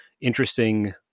interesting